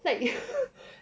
like